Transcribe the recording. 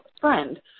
friend